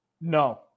No